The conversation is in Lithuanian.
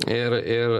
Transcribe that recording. ir ir